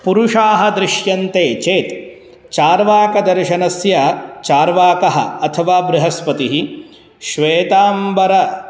पुरुषाः दृश्यन्ते चेत् चार्वाकदर्शनस्य चार्वाकः अथवा बृहस्पतिः श्वेताम्बरः